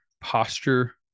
posture